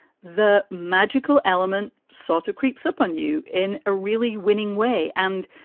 the magical element sort of creeps up on you in a really winning way. and,